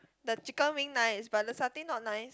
the chicken wing nice but the satay not nice